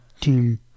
team